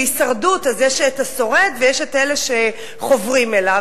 בהישרדות יש השורד ויש אלה שחוברים אליו,